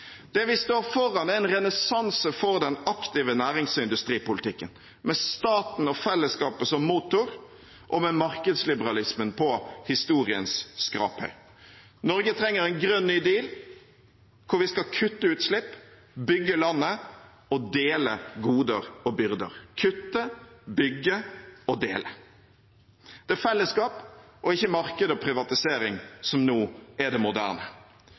Det vi står foran, er en renessanse for den aktive nærings- og industripolitikken, med staten og fellesskapet som motor og med markedsliberalismen på historiens skraphaug. Norge trenger en grønn ny deal, der vi skal kutte utslipp, bygge landet og dele goder og byrder – kutte, bygge og dele. Det er fellesskap og ikke marked og privatisering som nå er det moderne.